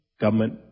Government